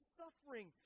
suffering